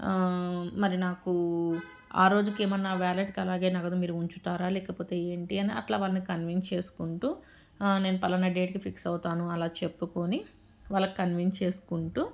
మరి నాకు ఆ రోజుకి ఏమన్నా వ్యాలెట్ కి అలాగే నగదు మీరు ఉంచుతారా లేకపోతే ఏంటి అని అట్లా వాళ్ళని కన్విన్స్ చేసుకుంటూ నేను పలానా డేట్ కి ఫిక్స్ అవుతాను అలా చెప్పుకొని వాళ్ళని కన్విన్స్ చేసుకుంటూ